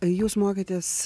jūs mokėtės